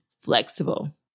flexible